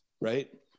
right